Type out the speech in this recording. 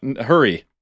Hurry